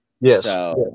Yes